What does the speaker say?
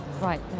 Right